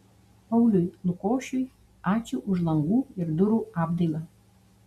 pauliui lukošiui ačiū už langų ir durų apdailą